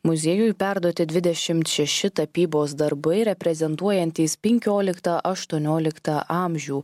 muziejui perduoti dvidešimt šeši tapybos darbai reprezentuojantys penkioliktą aštuonioliktą amžių